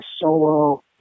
solo